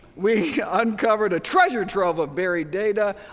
we uncovered a treasure trove of buried data,